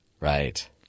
Right